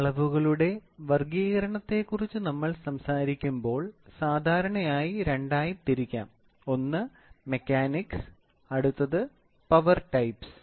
അളവുകളുടെ വർഗ്ഗീകരണത്തെക്കുറിച്ച് നമ്മൾ സംസാരിക്കുമ്പോൾ സാധാരണയായി രണ്ടായി തിരിക്കാം ഒന്ന് മെക്കാനിക്സ് അടുത്തത് പവർ ടൈപ്പ്സ്